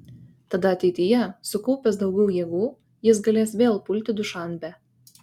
tada ateityje sukaupęs daugiau jėgų jis galės vėl pulti dušanbę